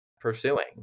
pursuing